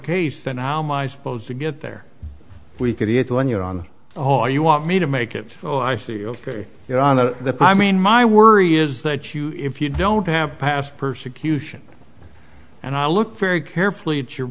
case then how my supposed to get there we could see it when you're on all you want me to make it oh i see ok you're on the i mean my worry is that you if you don't have past persecution and i look very carefully at your